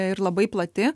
ir labai plati